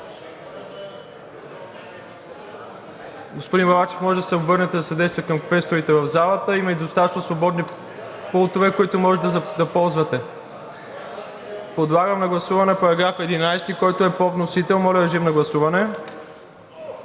Господин Балачев, може да се обърнете за съдействие към квесторите в залата, има и достатъчно свободни пултове, които може да ползвате. Подлагам на гласуване § 1, който е по вносител. БРАНИМИР БАЛАЧЕВ